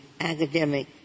academic